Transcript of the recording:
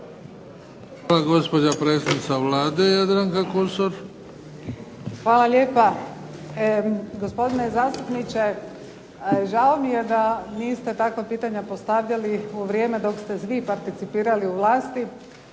Hvala gospođa predsjednica Vlade, Jadranka Kosor. **Kosor, Jadranka (HDZ)** Hvala lijepa gospodine zastupniče. Žao mi je da niste takva pitanja postavljali u vrijeme kada ste vi participirali u vlasti